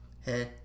Hey